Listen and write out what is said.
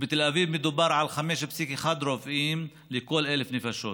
ובתל אביב מדובר על 5.1 רופאים לכל 1,000 נפשות,